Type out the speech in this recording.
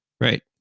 right